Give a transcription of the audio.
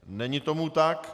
Není tomu tak.